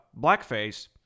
blackface